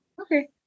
Okay